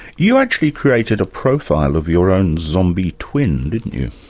you actually created a profile of your own zombie twin, didn't you?